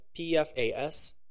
PFAS